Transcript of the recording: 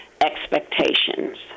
expectations